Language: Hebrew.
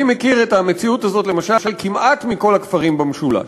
אני מכיר את המציאות הזאת למשל בכמעט כל הכפרים במשולש.